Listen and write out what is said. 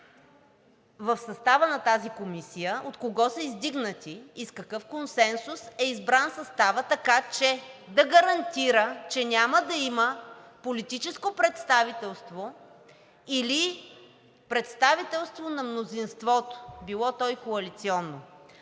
в състава на тази комисия от кого са издигнати и с какъв консенсус е избран съставът, така че да гарантира, че няма да има политическо представителство или представителство на мнозинството, било то и коалиционно.